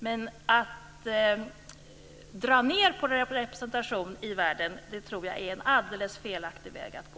Men att dra ned på representationen i världen tror jag är en alldeles felaktig väg att gå.